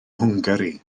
hwngari